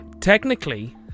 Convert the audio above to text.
technically